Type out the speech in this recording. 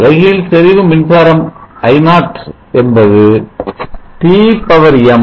தலைகீழ் செறிவு மின்சாரம் I0 என்பது Tm